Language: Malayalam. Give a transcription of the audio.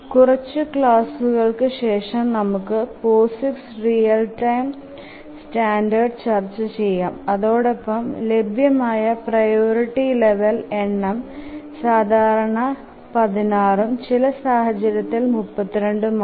കുറച്ചു ക്ലാസ്സുകൾക്ക് ശേഷം നമുക്ക് POSIX റിയൽ ടൈം സ്റ്റാൻഡേർഡ് ചർച്ച ചെയാം അതോടൊപ്പം ലഭ്യമായ പ്രിയോറിറ്റി ലെവൽ എണം സാധരണ 16ഉം ചില സാഹചര്യത്തിൽ 32ഉം ആണ്